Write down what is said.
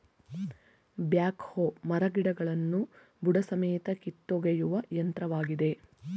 back ಹೋ ಮರಗಿಡಗಳನ್ನು ಬುಡಸಮೇತ ಕಿತ್ತೊಗೆಯುವ ಯಂತ್ರವಾಗಿದೆ